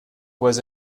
was